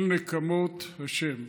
אל נקמות השם.